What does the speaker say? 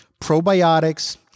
probiotics